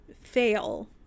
fail